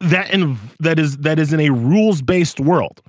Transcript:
that and that is that isn't a rules based world.